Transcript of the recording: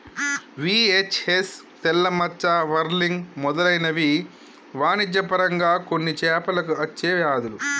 VHS, తెల్ల మచ్చ, whirling మెదలైనవి వాణిజ్య పరంగా కొన్ని చేపలకు అచ్చే వ్యాధులు